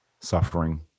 suffering